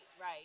Right